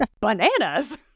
bananas